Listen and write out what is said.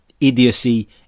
idiocy